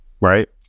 Right